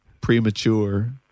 premature